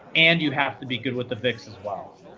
and you have to be good with the vix as well.